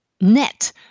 net